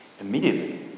Immediately